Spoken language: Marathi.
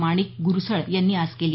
माणिक गुरसळ यांनी आज केली